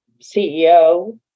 CEO